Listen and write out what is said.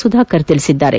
ಸುಧಾಕರ್ ತಿಳಿಸಿದ್ದಾರೆ